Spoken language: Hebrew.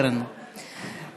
8334, 8350, 8351,